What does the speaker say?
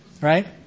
Right